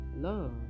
love